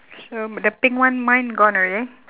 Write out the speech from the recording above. so m~ the pink one mine gone already